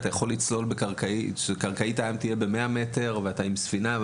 אתה יכול לצלול כשקרקעית הים תהיה במאה מטר ועם ספינה.